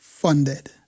Funded